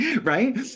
right